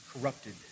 corrupted